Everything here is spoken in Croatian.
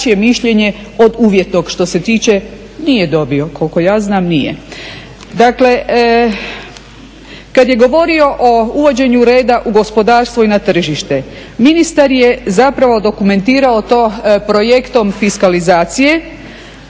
kada je govorio o uvođenju reda u gospodarstvu i tržište, ministar je dokumentirao to projektom fiskalizacije